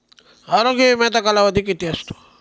आरोग्य विम्याचा कालावधी किती असतो?